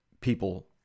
people